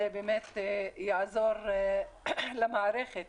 זה באמת יעזור למערכת